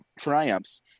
triumphs